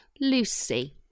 Lucy